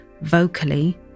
vocally